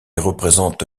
représente